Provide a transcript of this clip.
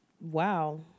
Wow